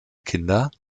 kinder